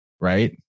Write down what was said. right